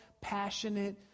passionate